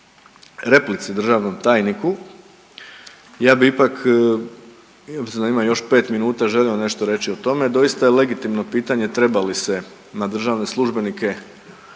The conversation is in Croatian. replici državnom tajniku, ja bi ipak imam još pet minuta želim vam nešto reći o tome. Doista je legitimno pitanje treba li se na državne službenike